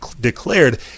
declared